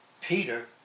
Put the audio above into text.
Peter